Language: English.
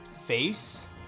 face